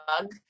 bug